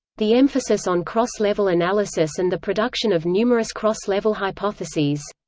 the emphasis on cross-level analysis and the production of numerous cross-level hypotheses.